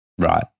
right